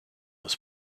was